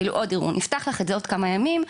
כלומר עוד ערעור, ונפתח לך את זה עוד כמה ימים.